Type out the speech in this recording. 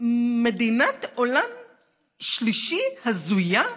מדינת עולם שלישי הזויה,